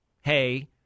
hey